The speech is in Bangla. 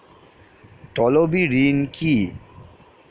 তলবি ঋণ কি?